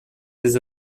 des